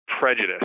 prejudice